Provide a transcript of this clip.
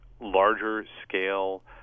larger-scale